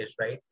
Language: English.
right